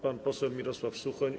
Pan poseł Mirosław Suchoń.